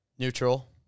Neutral